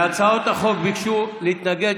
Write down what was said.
להצעות החוק ביקשו להתנגד